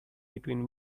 between